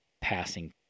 passing